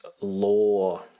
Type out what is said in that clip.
law